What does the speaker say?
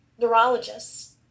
neurologists